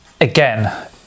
again